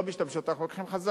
לא משתמשות, אנחנו לוקחים חזרה.